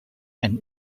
and